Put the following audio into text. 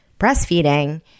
breastfeeding